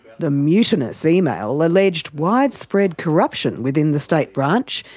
the mutinous email alleged widespread corruption within the state branch,